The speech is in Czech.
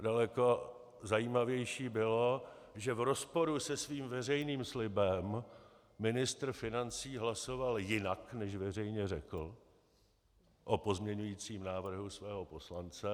Daleko zajímavější bylo, že v rozporu se svým veřejným slibem ministr financí hlasoval jinak, než veřejně řekl, o pozměňovacím návrhu svého poslance.